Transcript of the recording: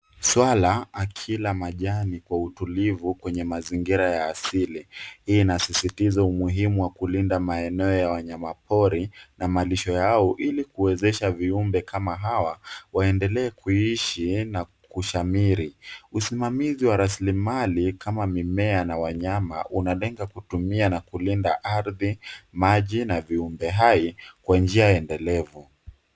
Swara akila majani kwa utulivu kwenye mazingira ya asili. Hii inasisitiza umuhimu wa kulinda maeneo ya wanyama pori na malisho yao ili kuwezesha viumbe kama hawa waendelee kuishi na kushamiri. Usimamizi wa raslimali kama mimea na wanyama unalenga kutumia na kulinda ardhi, maji na viumbe hai kwa njia endelevu.